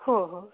हो हो